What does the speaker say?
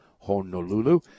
honolulu